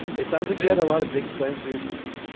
it sounds like you had a lot of big plans for your future.